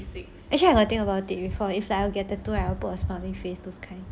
actually I got think about it before if I get a tattoo I will get a smiling face those kind